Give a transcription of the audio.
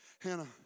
Hannah